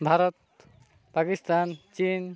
Bharat Pakistan Chin